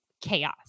chaos